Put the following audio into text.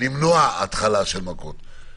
למנוע התחלה של מכות.